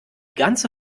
ganze